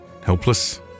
helpless